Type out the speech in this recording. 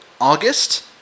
August